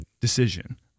decision